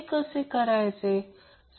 हे कसे करायचे